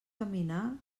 caminar